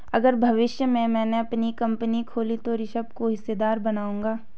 अगर भविष्य में मैने अपनी कंपनी खोली तो ऋषभ को हिस्सेदार बनाऊंगा